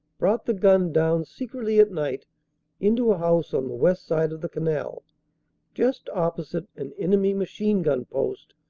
brought the gun down secretly at night into a house on the west side of the canal just opposite an enemy machine-gun post,